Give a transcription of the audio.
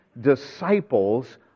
disciples